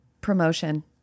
promotion